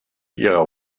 ihrer